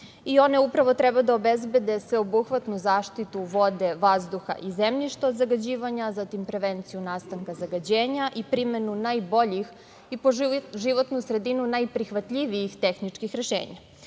i one upravo treba da obezbede sveobuhvatnu zaštitu vode, vazduha i zemljišta od zagađivanja, zatim prevenciju nastanka zagađenja i primenu najboljih i po životnu sredinu najprihvatljivijih tehničkih rešenja.